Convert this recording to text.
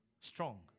strong